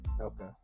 Okay